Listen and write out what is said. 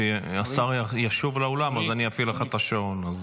כשהשר ישוב לאולם, אפעיל לך את השעון.